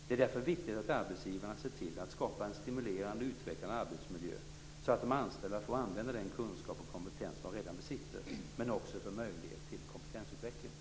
Det är därför viktigt att arbetsgivarna ser till att skapa en stimulerande och utvecklande arbetsmiljö så att de anställda får använda den kunskap och kompetens de redan besitter, men också får möjlighet till kompetensutveckling.